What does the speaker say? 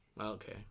okay